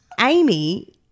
Amy